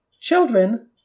Children